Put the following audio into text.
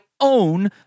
own